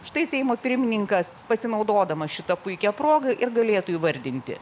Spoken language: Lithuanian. štai seimo pirmininkas pasinaudodamas šita puikia proga ir galėtų įvardinti